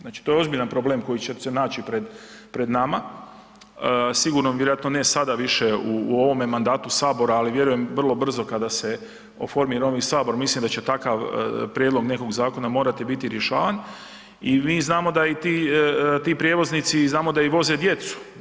Znači to je ozbiljan problem koji će se naći pred nama, sigurno vjerojatno ne sada više u ovom mandatu Sabora, ali vjerujem, vrlo brzo kada se oformi novi Sabor, mislim da će takav prijedlog nekog zakona morati biti rješavan i mi znamo da i ti prijevoznici, znamo da i voze djecu.